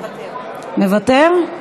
מוותר?